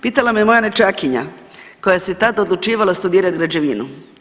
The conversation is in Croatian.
Pitala me moja nećakinja koja se tad odlučivala studirat građevinu.